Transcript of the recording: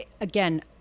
again